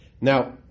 Now